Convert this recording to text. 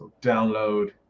download